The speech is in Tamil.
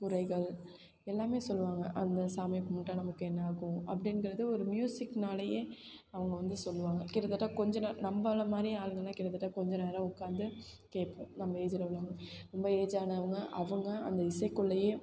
குறைகள் எல்லாமே சொல்லுவாங்க அந்த சாமியை கும்பிட்டா நமக்கு என்னாகும் அப்படின்கிறது ஒரு மியூசிக்னாலேயே அவங்க வந்து சொல்லுவாங்க கிட்டத்தட்ட கொஞ்சம் நாள் நம்மள மாதிரி ஆளுங்கலாம் கிட்டத்தட்ட கொஞ்சம் நேரம் உட்காந்து கேட்போம் நம்ம ஏஜில் உள்ளவங்க ரொம்ப ஏஜானவங்க அவங்க அந்த இசைக்குள்ளேயே